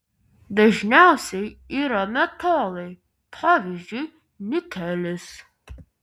dažniausiai yra metalai pavyzdžiui nikelis